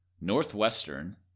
Northwestern